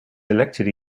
elected